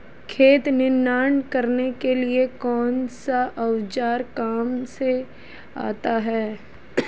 खेत में निनाण करने के लिए कौनसा औज़ार काम में आता है?